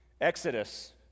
Exodus